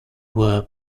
were